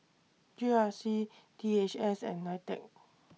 G R C D H S and NITEC